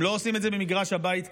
הם לא עושים את זה ממגרש הבית כאן,